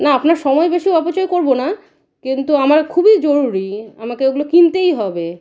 না আপনার সময় বেশি অপচয় করব না কিন্তু আমার খুবই জরুরি আমাকে ওগুলো কিনতেই হবে